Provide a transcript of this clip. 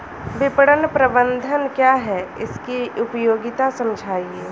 विपणन प्रबंधन क्या है इसकी उपयोगिता समझाइए?